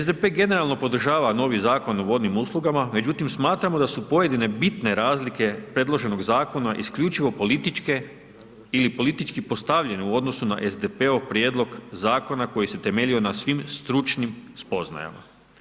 SDP generalno podržava novi Zakon o vodnim uslugama, međutim, smatramo da su pojedine bitne razlike predloženog zakona, isključivo političke ili politički postavljen u odnosu na SDP-ov prijedlog zakona, koji se temeljio na svim stručnim spoznajama.